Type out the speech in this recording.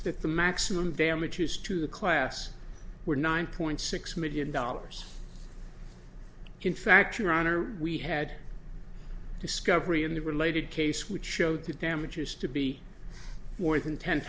that the maximum damages to the class were nine point six million dollars in fact your honor we had discovery in the related case which showed the damages to be more than ten